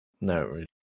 No